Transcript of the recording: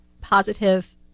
positive